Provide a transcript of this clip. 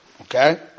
Okay